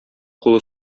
кулы